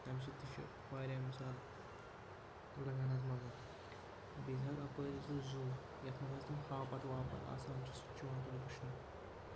تَمہِ سۭتۍ تہِ چھِ واریاہ مِثال لَگان حظ مَزٕ بیٚیہِ حظ اَپٲرۍ سُہ زُو یَتھ منٛز حظ تِم ہاپَت واپَتھ آسان چھِ سُہ چھُ یِوان تورٕ وٕچھنہٕ